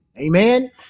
Amen